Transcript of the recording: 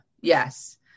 yes